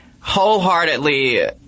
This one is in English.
wholeheartedly